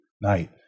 night